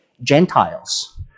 Gentiles